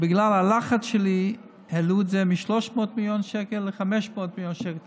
בגלל הלחץ שלי העלו את הסל מ-300 מיליון שקל ל-500 מיליון שקל,